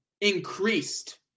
increased